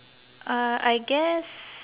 uh I guess